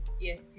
Yes